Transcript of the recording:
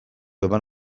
eman